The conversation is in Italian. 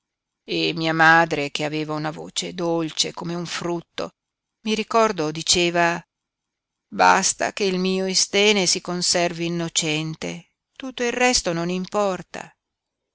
e mia madre che aveva una voce dolce come un frutto mi ricordo diceva basta che il mio istène si conservi innocente tutto il resto non importa